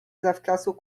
zawczasu